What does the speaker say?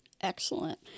Excellent